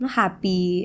happy